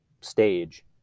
stage